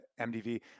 MDV